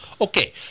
Okay